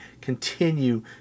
Continue